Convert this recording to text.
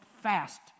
fast